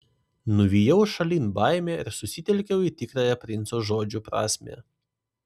nuvijau šalin baimę ir susitelkiau į tikrąją princo žodžių prasmę